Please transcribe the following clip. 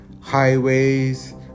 highways